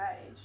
age